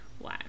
Wow